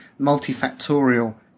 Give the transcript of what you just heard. multifactorial